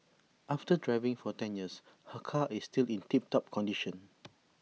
after driving for ten years her car is still in tip top condition